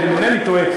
אם אינני טועה,